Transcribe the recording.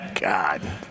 God